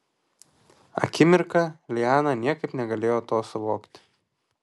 akimirką liana niekaip negalėjo to suvokti